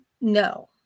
No